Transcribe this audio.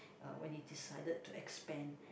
uh when he decided to expand